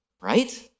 right